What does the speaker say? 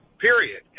Period